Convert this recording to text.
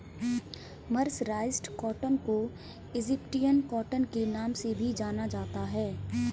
mercerised cotton को Egyptian cotton के नाम से भी जाना जाता है